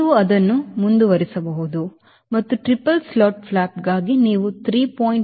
ನೀವು ಅದನ್ನು ಮುಂದುವರಿಸಬಹುದು ಮತ್ತು ಟ್ರಿಪಲ್ ಸ್ಲಾಟ್ಡ್ ಫ್ಲಾಪ್ಗಾಗಿ ನೀವು 3